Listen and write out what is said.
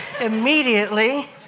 immediately